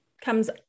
comes